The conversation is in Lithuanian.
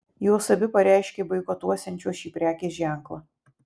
jos abi pareiškė boikotuosiančios šį prekės ženklą